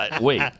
Wait